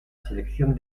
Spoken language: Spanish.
selección